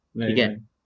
again